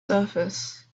surface